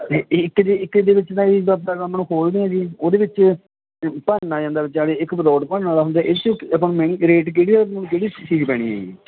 ਇਹ ਇਹ ਇੱਕ ਜੀ ਇੱਕ ਇਹਦੇ ਵਿੱਚ ਨਾ ਪਹਿਲਾਂ ਆਪਾਂ ਇਹਨਾਂ ਨੂੰ ਖੋਲਦੇ ਆਂ ਜੀ ਉਹਦੇ ਵਿੱਚ ਭਰਨਾ ਆ ਜਾਂਦਾ ਵਿਚਾਲੇ ਇੱਕ ਬਲੋਟ ਭਰਣ ਵਾਲਾ ਹੁੰਦਾ ਇਹ 'ਚ ਆਪਾਂ ਨੂੰ ਮੈਨਿਉ ਕਿਹੜੇ ਕਿਹੜੀਆਂ ਕਿਹੜੀ ਚੀਜ਼ ਪੈਣੀ ਹੈ ਜੀ